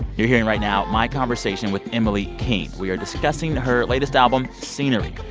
you're hearing right now my conversation with emily king. we are discussing her latest album, scenery.